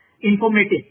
informative